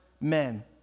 men